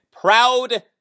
proud